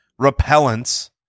repellents